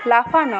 লাফানো